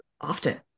often